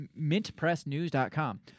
mintpressnews.com